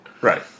Right